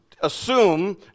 assume